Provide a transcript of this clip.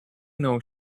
know